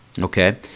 okay